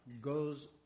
goes